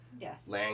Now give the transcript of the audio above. Yes